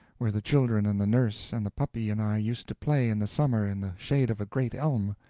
where the children and the nurse and the puppy and i used to play in the summer in the shade of a great elm,